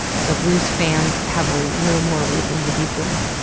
so blues fans have a little more reason to be blue.